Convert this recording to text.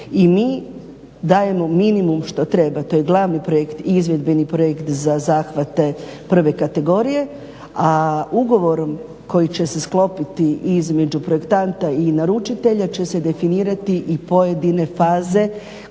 I mi dajemo minimum što treba to je glavni projekt i izvedbeni projekt za zahvate prve kategorije, a ugovorom koji će se sklopiti između projektanta i naručitelja će se definirati i pojedine faze koje su potrebne